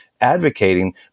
advocating